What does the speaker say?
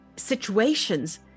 situations